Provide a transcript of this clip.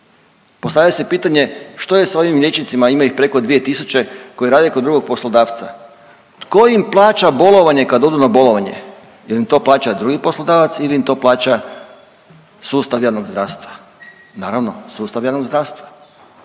Postavlja se pitanje, što je s onim liječnicima, a ima ih preko dvije tisuće koji rade kod drugog poslodavca? Tko im plaća bolovanje kad odu na bolovanje? Jel im to plaća drugi poslodavac ili im to plaća sustav javnog zdravstva? Naravno, sustav javnog zdravstva.